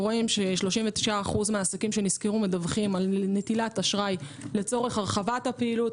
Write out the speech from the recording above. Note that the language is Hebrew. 33% מהעסקים שנסגרו מדווחים על נטילת אשראי לצורך הרחבת הפעילות,